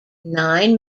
nine